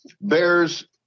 bears